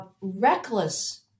reckless